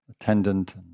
attendant